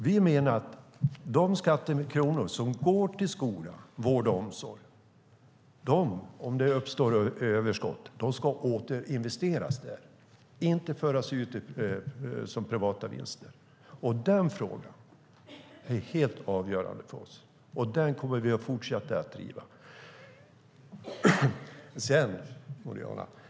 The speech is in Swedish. När det har lagts skattekronor på skola, vård och omsorg och det uppstår överskott ska det återinvesteras där, inte föras ut som privata vinster, menar vi. Den frågan är helt avgörande för oss, och den kommer vi att fortsätta att driva. Boriana!